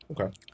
Okay